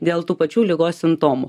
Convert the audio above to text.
dėl tų pačių ligos simptomų